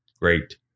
great